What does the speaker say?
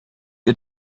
ihr